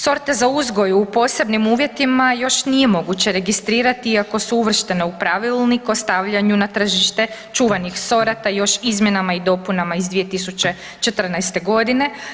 Sorte za uzgoj u posebnim uvjetima još nije moguće registrirati iako su uvrštene u Pravilnik o stavljanju na tržište čuvanih sorata još izmjenama i dopunama iz 2014. godine.